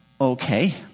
okay